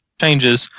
changes